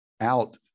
out